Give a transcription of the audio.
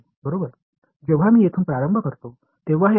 எனவே இங்கிருந்து ஆரம்பித்து இங்கே எல்லா வழிகளிலும் செல்வோம்